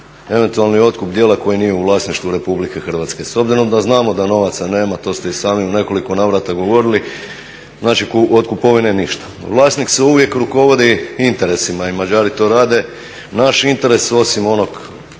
eventualni otkup djela koji nije u vlasništvu Republike Hrvatske. S obzirom da znamo da novaca nema, to ste i sami u nekoliko navrata govorili, znači od kupovine ništa. Vlasnik se uvijek rukovodi interesima i Mađari to rade, naš interes osim onog